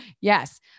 yes